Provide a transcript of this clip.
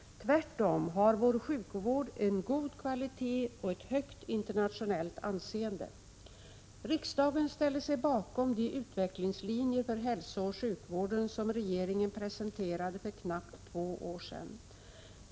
Tvärtom har vår sjukvård en god kvalitet och ett högt internationellt anseende. Riksdagen ställde sig bakom de utvecklingslinjer för hälsooch sjukvården som regeringen presenterade för knappt två år sedan .